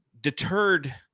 deterred